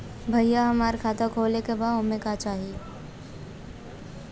भईया हमार खाता खोले के बा ओमे का चाही?